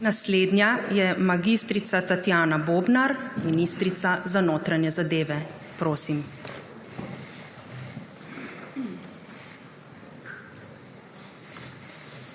Naslednja je mag. Tatjana Bobnar, ministrica za notranje zadeve. Prosim.